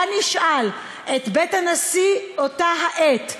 בית הנשיא באותה העת,